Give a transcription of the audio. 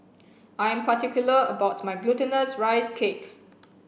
I'm particular about my glutinous rice cake